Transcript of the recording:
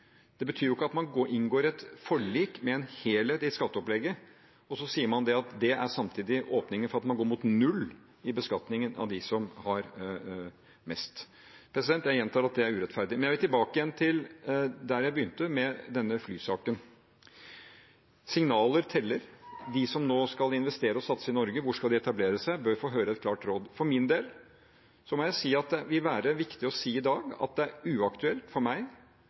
Det betyr ikke at man inngår et forlik med en helhet i skatteopplegget og så samtidig sier at det er en åpning for at man går mot null i beskatningen av dem som har mest. Jeg gjentar at det er urettferdig. Men jeg vil tilbake til der jeg begynte, med denne flysaken. Signaler teller. De som nå skal investere og satse i Norge – hvor skal de etablere seg – bør få et klart råd. For min del er det viktig å si i dag at det er uaktuelt for meg